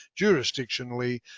jurisdictionally